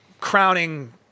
crowning